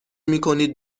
میکنید